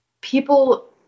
people